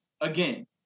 again